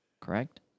correct